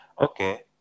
okay